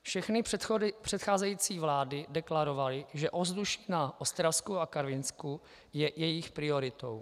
Všechny předcházející vlády deklarovaly, že ovzduší na Ostravsku a Karvinsku je jejich prioritou.